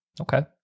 Okay